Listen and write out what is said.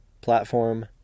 platform